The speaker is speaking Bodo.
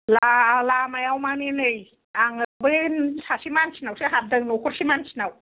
ला लामायाव मानि नै आङो बै सासे मानसिनावसो हाबदों नखरसे मानसिनाव